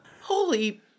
Holy